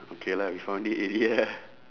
okay lah we found it already ah